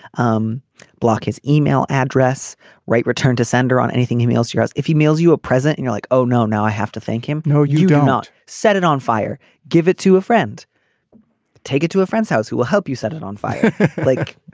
um block his email address right return to sender on anything he mails as if he mails you a present you're like oh no now i have to thank him. no you do not set it on fire give it to a friend take it to a friend's house who will help you set it on fire like